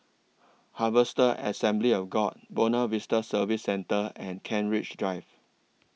Harvester Assembly of God Buona Vista Service Centre and Kent Ridge Drive